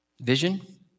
vision